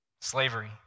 slavery